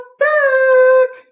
back